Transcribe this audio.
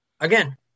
again